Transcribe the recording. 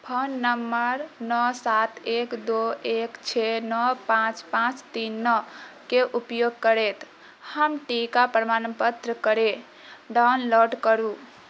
phone number नओ सात एक दो एक छओ नओ पाँच पाँच तीन नओ के उपयोग करैत हमर टीका प्रमाणपत्रकेँ डाउनलोड करु